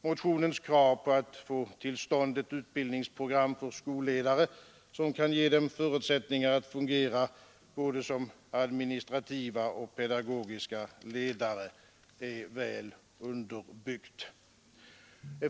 Motionens krav på att få till stånd ett utbildningsprogram för skolledare, som kan ge dem förutsättningar att fungera både som administrativa och som pedagogiska ledare, är väl underbyggt.